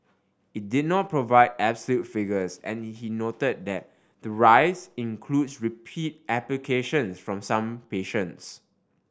it did not provide absolute figures and he noted that the rise includes repeat applications from some patients